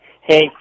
Hey